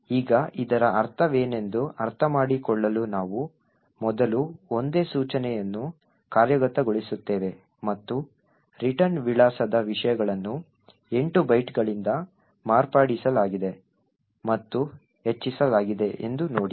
ಈಗ ಇದರ ಅರ್ಥವೇನೆಂದು ಅರ್ಥಮಾಡಿಕೊಳ್ಳಲು ನಾವು ಮೊದಲು ಒಂದೇ ಸೂಚನೆಯನ್ನು ಕಾರ್ಯಗತಗೊಳಿಸುತ್ತೇವೆ ಮತ್ತು ರಿಟರ್ನ್ ವಿಳಾಸದ ವಿಷಯಗಳನ್ನು 8 ಬೈಟ್ಗಳಿಂದ ಮಾರ್ಪಡಿಸಲಾಗಿದೆ ಮತ್ತು ಹೆಚ್ಚಿಸಲಾಗಿದೆ ಎಂದು ನೋಡಿ